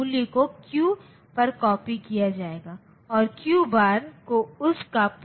तो यहाँ कई समाधान हैं लेकिन यह उन समाधानों में से एक है ठीक है